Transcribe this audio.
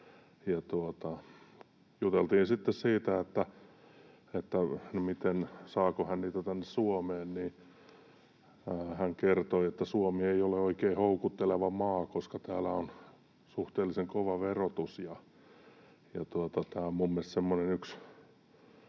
sitten siitä, saako hän niitä tänne Suomeen, ja hän kertoi, että Suomi ei ole oikein houkutteleva maa, koska täällä on suhteellisen kova verotus.